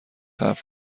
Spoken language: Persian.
حرف